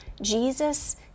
Jesus